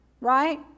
right